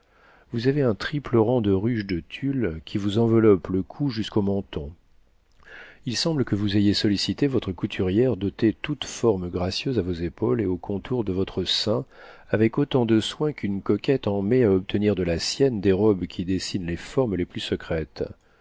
vous avez un triple rang de ruches de tulle qui vous enveloppent le cou jusqu'au menton il semble que vous ayez sollicité votre couturière d'ôter toute forme gracieuse à vos épaules et aux contours de votre sein avec autant de soin qu'une coquette en met à obtenir de la sienne des robes qui dessinent les formes les plus secrètes